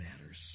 matters